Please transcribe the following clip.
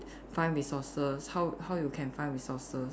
find resources how how you can find resources